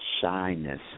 shyness